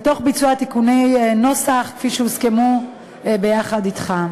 תוך ביצוע תיקוני נוסח כפי שהוסכמו ביחד אתך.